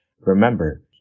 Remember